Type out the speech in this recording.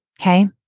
Okay